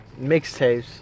mixtapes